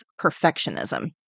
perfectionism